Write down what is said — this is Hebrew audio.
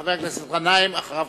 חבר הכנסת גנאים, ואחריו,